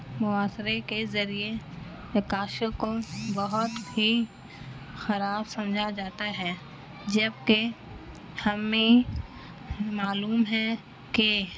معاشرے کے ذریعے رقاصوں کو بہت ہی خراب سمجھا جاتا ہے جبکہ ہمیں معلوم ہے کہ